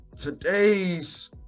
today's